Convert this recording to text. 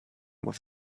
with